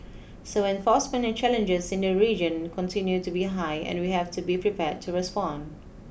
so enforcement challenges in the region continue to be high and we have to be prepared to respond